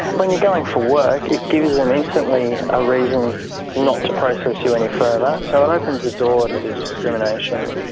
when you're going for work it gives them instantly a reason not to process you any further. so it opens a door to to discrimination.